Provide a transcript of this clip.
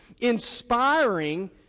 inspiring